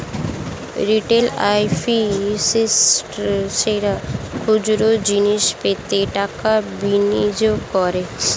retail ইনভেস্টর্সরা খুচরো জিনিস পত্রে টাকা বিনিয়োগ করে